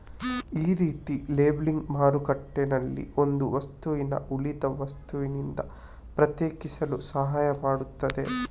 ಈ ರೀತಿಯ ಲೇಬಲಿಂಗ್ ಮಾರುಕಟ್ಟೆನಲ್ಲಿ ಒಂದು ವಸ್ತುನ ಉಳಿದ ವಸ್ತುನಿಂದ ಪ್ರತ್ಯೇಕಿಸಲು ಸಹಾಯ ಮಾಡ್ತದೆ